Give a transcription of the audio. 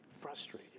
frustrated